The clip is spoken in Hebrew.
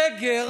סגר